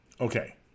Okay